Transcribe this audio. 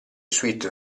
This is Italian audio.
suite